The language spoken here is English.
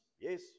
Yes